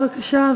בבקשה,